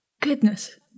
Goodness